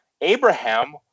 Abraham